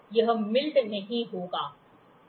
यह मिल नहीं होगा